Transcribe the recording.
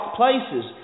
places